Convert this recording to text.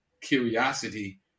curiosity